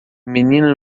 menina